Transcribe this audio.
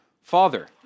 father